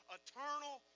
eternal